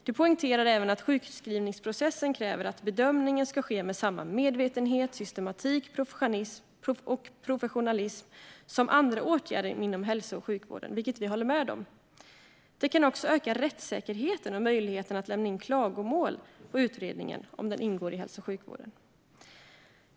De poängterar även att sjukskrivningsprocessen kräver att bedömningen ska ske med samma medvetenhet, systematik och professionalism som andra åtgärder inom hälso och sjukvården, vilket vi håller med om. Det kan också öka rättssäkerheten och möjligheterna att lämna in klagomål på utredningen, om det ingår i hälso och sjukvården.